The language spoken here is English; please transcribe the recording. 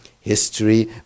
history